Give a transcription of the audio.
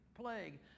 plague